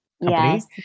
Yes